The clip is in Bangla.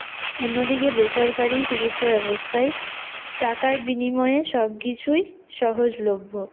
অন্যদিকে বেসরকারি চিকিৎসা ব্যবস্থায় টাকার বিনিময়ে সবকিছুই সহজলভ্য